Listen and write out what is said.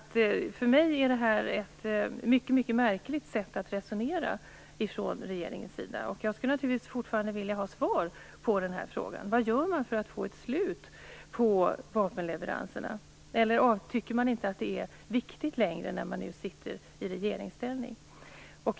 För mig är detta ett mycket märkligt sätt att resonera från regeringens sida. Jag vill naturligtvis fortfarande har svar på min fråga: Vad gör man för att få ett slut på vapenleveranserna, eller tycker man inte att det längre är viktigt när man nu sitter i regeringsställning?